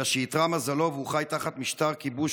אלא שאתרע מזלו והוא חי תחת משטר כיבוש